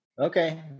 Okay